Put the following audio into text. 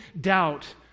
doubt